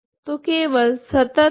तो केवल संतत तथा अवकलनीय